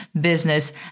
business